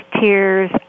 Tears